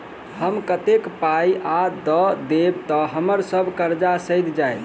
हम कतेक पाई आ दऽ देब तऽ हम्मर सब कर्जा सैध जाइत?